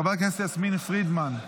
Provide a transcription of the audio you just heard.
חברת הכנסת יסמין פרידמן,